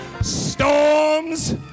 Storms